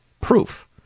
proof